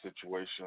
situation